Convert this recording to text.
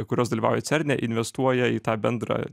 kurios dalyvauja cerne investuoja į tą bendrą